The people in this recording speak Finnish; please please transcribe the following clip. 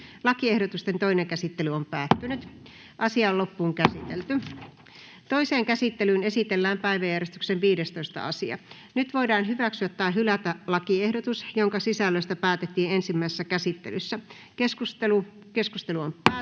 hallituksen esityksen kannalla. Toiseen käsittelyyn esitellään päiväjärjestyksen 12. asia. Nyt voidaan hyväksyä tai hylätä lakiehdotus, jonka sisällöstä päätettiin ensimmäisessä käsittelyssä. — Edustaja Löfström.